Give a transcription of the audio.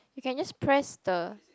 you can just press the